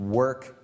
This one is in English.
work